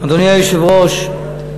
אדוני היושב-ראש,